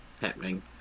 happening